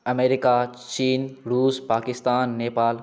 America China Russia Pakistan Nepal